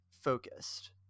Focused